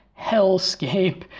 hellscape